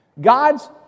God's